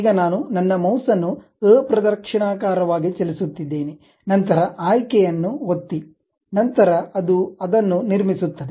ಈಗ ನಾನು ನನ್ನ ಮೌಸ್ ಅನ್ನು ಅಪ್ರದಕ್ಷಿಣಾಕಾರವಾಗಿ ಚಲಿಸುತ್ತಿದ್ದೇನೆ ನಂತರ ಆಯ್ಕೆಯನ್ನು ಒತ್ತಿ ನಂತರ ಅದು ಅದನ್ನು ನಿರ್ಮಿಸುತ್ತದೆ